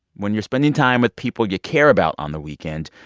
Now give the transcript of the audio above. when you're spending time with people you care about on the weekend,